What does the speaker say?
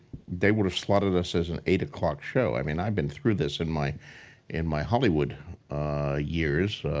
they would have slotted us as an eight o'clock show. i mean, i've been through this in my in my hollywood years.